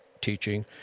teaching